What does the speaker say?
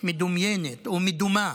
מדומיינת או מדומה.